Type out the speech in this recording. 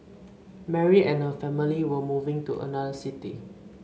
Mary and her family were moving to another city